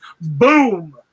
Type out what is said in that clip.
Boom